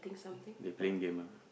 they playing game ah